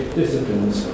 disciplines